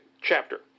chapter